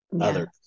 others